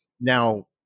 Now